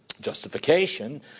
Justification